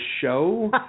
show